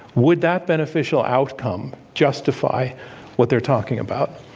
would that beneficial outcome justify what they're talking about?